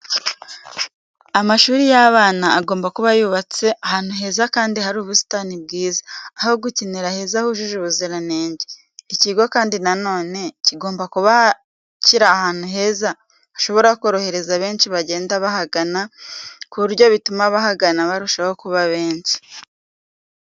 Amashuri y'abana agomba kuba agomba kuba yubatse ahantu heza kandi hari ubusitani bwiza, aho gukinira heza hujuje ubuziranenge. Ikigo kandi na none kigomba kuba kiri ahantu heza hashobora korohereza benshi bagenda bahagana ku buryo bituma abahagana barushaho kuba benshi.